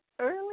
early